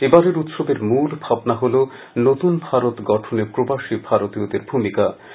এবারের উৎসবের মূল ভাবনা হলো নতুন ভারত গঠনে প্রবাসী ভারতীয়দের ভূমিকা